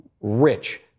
Rich